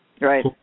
Right